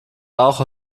rauch